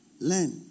learn